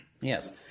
Yes